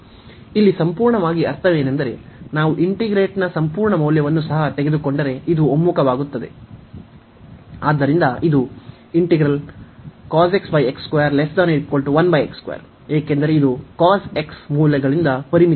ಇಲ್ಲಿ ಸಂಪೂರ್ಣವಾಗಿ ಅರ್ಥವೇನೆಂದರೆ ನಾವು ಇಂಟಿಗ್ರೇಂಟ್ನ ಸಂಪೂರ್ಣ ಮೌಲ್ಯವನ್ನು ಸಹ ತೆಗೆದುಕೊಂಡರೆ ಇದು ಒಮ್ಮುಖವಾಗುತ್ತದೆ ಆದ್ದರಿಂದ ಇದು ಏಕೆಂದರೆ ಇದು cos x ಮೌಲ್ಯಗಳಿಂದ ಪರಿಮಿತಿಯಾಗಿದೆ